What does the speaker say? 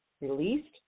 released